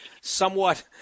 somewhat